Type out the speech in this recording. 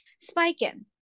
spiking